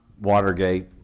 Watergate